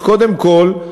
אז קודם כול,